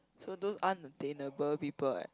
so those unattainable people like